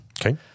Okay